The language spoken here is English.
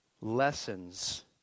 lessons